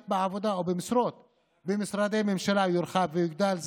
בעבודה או במשרות במשרדי ממשלה יורחב ויוגדל.